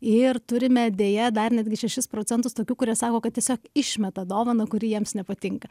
ir turime deja dar netgi šešis procentus tokių kurie sako kad tiesiog išmeta dovaną kuri jiems nepatinka